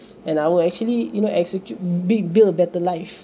and I will actually you know execute bui~ build a better life